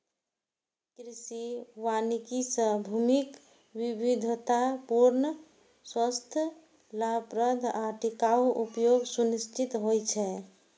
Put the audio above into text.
कृषि वानिकी सं भूमिक विविधतापूर्ण, स्वस्थ, लाभप्रद आ टिकाउ उपयोग सुनिश्चित होइ छै